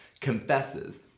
confesses